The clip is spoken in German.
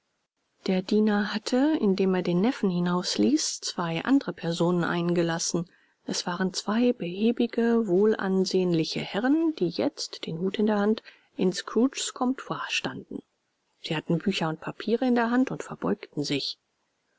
der diener hatte indem er den neffen hinausließ zwei andere personen eingelassen es waren zwei behäbige wohlansehnliche herren die jetzt den hut in der hand in scrooges comptoir standen sie hatten bücher und papiere in der hand und verbeugten sich